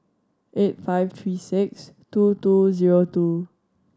eight five three six two two zero two